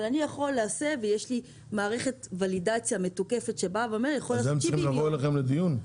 אבל יש לי מערכת ולידציה מתוקפת --- הם צריכים לבוא אליכם לדיון?